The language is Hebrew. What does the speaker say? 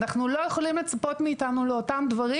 לא יכולים לצפות מאיתנו לאותם דברים